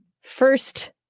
first